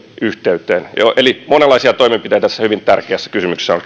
yhteyteen eli monenlaisia toimenpiteitä tässä hyvin tärkeässä kysymyksessä on